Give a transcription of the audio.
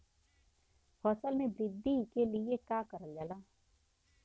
फसल मे वृद्धि के लिए का करल जाला?